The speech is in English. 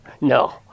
No